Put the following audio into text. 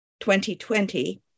2020